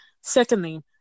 Secondly